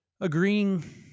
agreeing